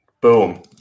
Boom